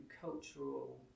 cultural